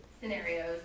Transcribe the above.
scenarios